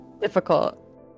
difficult